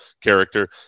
character